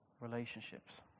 relationships